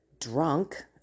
drunk